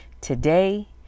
today